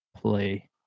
play